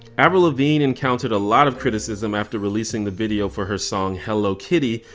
avril lavigne encountered a lot of criticism after releasing the video for her song hello kitty,